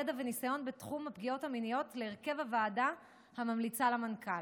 ידע וניסיון בתחום הפגיעות המיניות להרכב הוועדה הממליצה למנכ"ל,